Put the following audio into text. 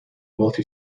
multi